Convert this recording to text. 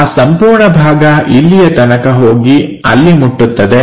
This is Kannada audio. ಆ ಸಂಪೂರ್ಣ ಭಾಗ ಇಲ್ಲಿಯ ತನಕ ಹೋಗಿ ಅಲ್ಲಿ ಮುಟ್ಟುತ್ತದೆ